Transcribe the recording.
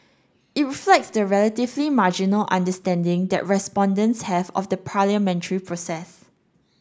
it reflects the relatively marginal understanding that respondents have of the parliamentary process